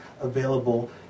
available